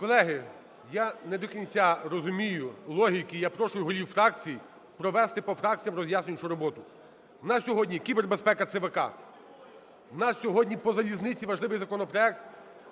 Колеги, я не до кінця розумію логіки. Я прошу голів фракцій провести по фракціям роз'яснювальну роботу. У нас сьогодні кібербезпека ЦВК, у нас сьогодні по залізниці важливий законопроект,